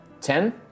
ten